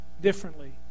differently